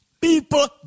People